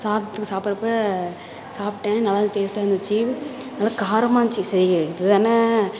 சாதத்துக்கு சாப்பிடுறப்ப சாப்பிட்டேன் நல்லா டேஸ்ட்டாக இருந்துச்சு நல்ல காரமாக இருந்துச்சு சரி இதுதானே